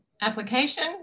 application